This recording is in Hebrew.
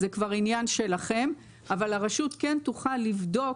זה כבר עניין שלכם, אבל הרשות כן תוכל לבדוק